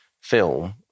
film